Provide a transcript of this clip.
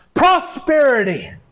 prosperity